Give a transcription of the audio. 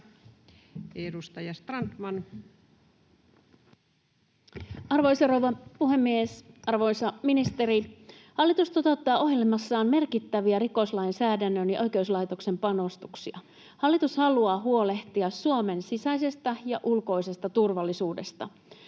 Edustaja Strandman. Arvoisa rouva puhemies! Arvoisa ministeri! Hallitus toteuttaa ohjelmassaan merkittäviä rikoslainsäädännön ja oikeuslaitoksen panostuksia. Hallitus haluaa huolehtia Suomen sisäisestä ja ulkoisesta turvallisuudesta.